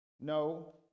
No